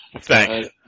Thanks